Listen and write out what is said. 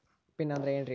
Pin ಅಂದ್ರೆ ಏನ್ರಿ?